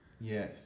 yes